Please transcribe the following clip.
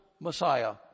Messiah